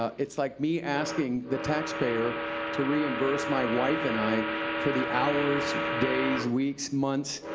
it's like me asking the taxpayer to reimburse my wife and i for the hours, days, weeks, months,